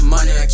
Money